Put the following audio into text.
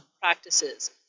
practices